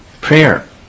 prayer